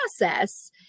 process